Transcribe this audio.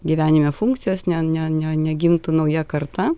gyvenime funkcijos ne ne ne negimtų nauja karta